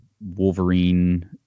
Wolverine